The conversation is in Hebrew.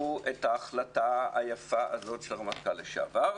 ייקחו את ההחלטה היפה הזאת של הרמטכ"ל לשעבר,